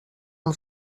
amb